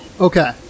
Okay